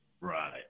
Right